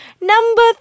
Number